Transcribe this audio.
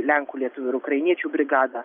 lenkų lietuvių ir ukrainiečių brigadą